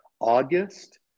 August